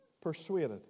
persuaded